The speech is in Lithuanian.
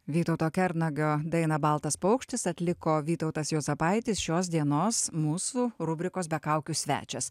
vytauto kernagio daina baltas paukštis atliko vytautas juozapaitis šios dienos mūsų rubrikos be kaukių svečias